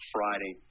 Friday